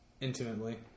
Intimately